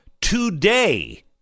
today